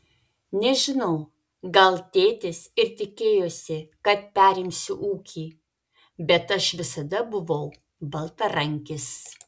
nežinau gal tėtis ir tikėjosi kad perimsiu ūkį bet aš visada buvau baltarankis